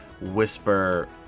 whisper